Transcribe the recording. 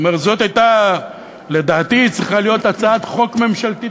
לדעתי זאת הייתה צריכה להיות הצעת חוק ממשלתית,